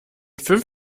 fünf